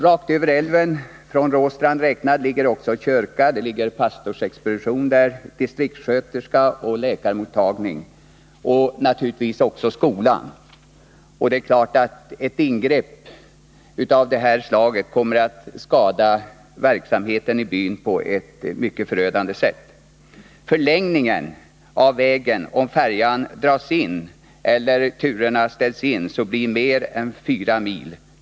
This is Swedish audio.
Rakt över älven, från Råstrand räknat, finns kyrka, pastorsexpedition, distriktssköterska, läkarmottagning och naturligtvis också skola. Det är klart att ett ingrepp av det här slaget kommer att skada verksamheten i byn på ett mycket förödande sätt. Förlängningen av vägen till tätorten — om färjan dras in eller turer dras in — blir mer än fyra mil.